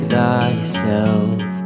thyself